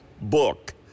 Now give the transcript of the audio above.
book